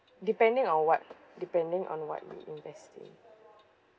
depending on what depending on what you're investing